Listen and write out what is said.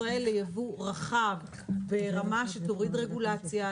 ישראל ליבוא רחב ברמה שתוריד רגולציה,